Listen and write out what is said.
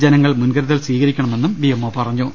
ജനങ്ങൾ മുൻകരുതൽ സ്വീകരിക്കണമെന്ന് ഡിഎംഒ പറഞ്ഞു